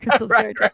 right